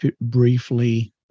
briefly